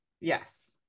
Yes